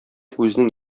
үзенең